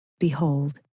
Behold